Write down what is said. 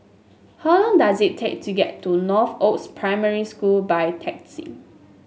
how long does it take to get to Northoaks Primary School by taxi